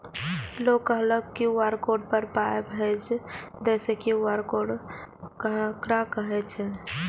लोग कहलक QR code पर पाय भेज दियौ से क्यू.आर कोड ककरा कहै छै?